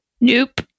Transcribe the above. Nope